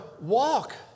walk